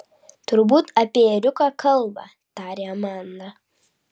turbūt apie ėriuką kalba tarė amanda